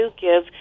give